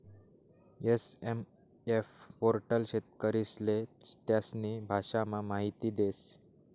SMF portal शेतकरीस्ले त्यास्नी भाषामा माहिती देस